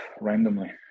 randomly